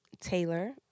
Taylor